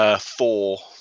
Four